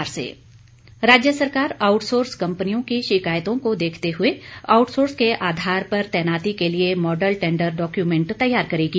प्रश्नकाल राज्य सरकार आउटसोर्स कंपनियों की शिकायतों को देखते हुए आउटसोर्स के आधार पर तैनाती के लिए मॉडल टेंडर डॉक्यूमेंट तैयार करेगी